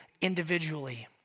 individually